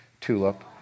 Tulip